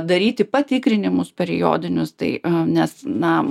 daryti patikrinimus periodinius tai nes na